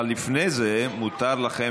אבל לפני זה מותר לכם,